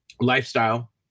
lifestyle